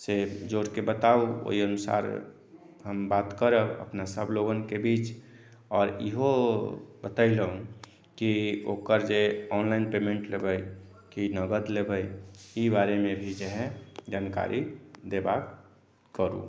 से जोड़िके बताउ ओहि अनुसार हम बात करब अपना सभ लोकनिके बीच आओर इहो बतैलहूँ कि ओकर जे ऑनलाइन पेमेन्ट लेबै की नगद लेबै ई बारेमे भी जे हइ जानकारी देबाक करु